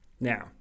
Now